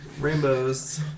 Rainbows